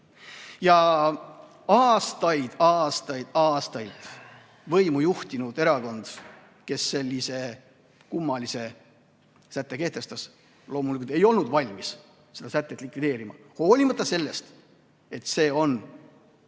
Aastaid-aastaid-aastaid võimu juhtinud erakond, kes sellise kummalise sätte kehtestas, loomulikult ei olnud valmis seda sätet likvideerima, hoolimata sellest, et see on väga